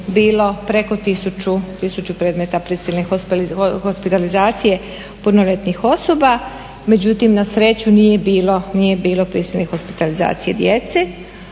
preko tisuću predmeta prisilne hospitalizacije punoljetnih osoba, međutim na sreću nije bilo prisilne hospitalizacije djece.